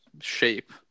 Shape